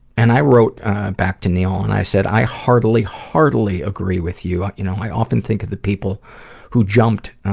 and i wrote back to neale, and i said i heartily, heartily agree with you. you know, i often think of the people who jumped, ah,